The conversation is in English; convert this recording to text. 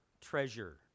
treasure